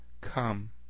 Come